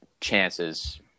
chances